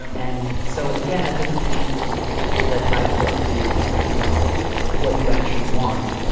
um and so again, that doesn't mean here's a guidebook to figuring out what you actually want.